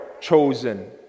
chosen